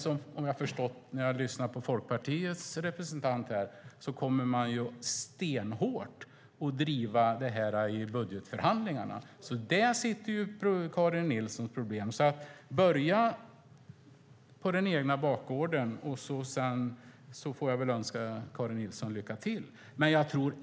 Som jag har förstått när jag har lyssnat på Folkpartiets representant kommer man ju att stenhårt driva frågan om skatt på handelsgödsel i budgetförhandlingarna, så där sitter Karin Nilssons problem. Börja på den egna bakgården, så får jag väl önska Karin Nilsson lycka till.